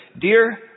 Dear